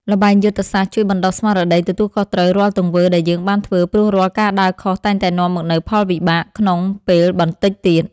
ល្បែងយុទ្ធសាស្ត្រជួយបណ្ដុះស្មារតីទទួលខុសត្រូវរាល់ទង្វើដែលយើងបានធ្វើព្រោះរាល់ការដើរខុសតែងតែនាំមកនូវផលវិបាកក្នុងពេលបន្តិចទៀត។